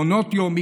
מעונות יום,